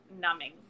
numbing